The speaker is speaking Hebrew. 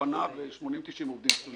מוכנה ברובה.